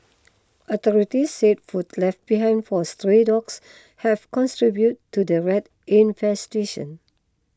authorities said food left behind for stray dogs have to the rat infestation